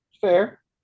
Fair